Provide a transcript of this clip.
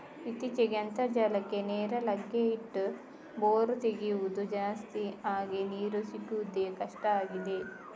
ಇತ್ತೀಚೆಗೆ ಅಂತರ್ಜಲಕ್ಕೆ ನೇರ ಲಗ್ಗೆ ಇಟ್ಟು ಬೋರು ತೆಗೆಯುದು ಜಾಸ್ತಿ ಆಗಿ ನೀರು ಸಿಗುದೇ ಕಷ್ಟ ಆಗಿದೆ